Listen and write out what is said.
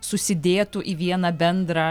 susidėtų į vieną bendrą